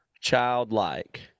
childlike